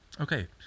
okay